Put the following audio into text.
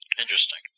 Interesting